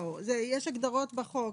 יש הדגרות בחוק.